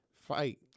fight